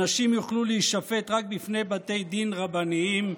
אנשים יוכלו להישפט רק בפני בתי דין רבניים,